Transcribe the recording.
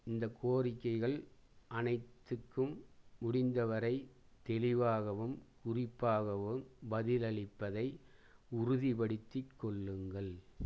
இந்த கோரிக்கைகள் அனைத்துக்கும் முடிந்தவரை தெளிவாகவும் குறிப்பாகவும் பதிலளிப்பதை உறுதிப்படுத்திக் கொள்ளுங்கள்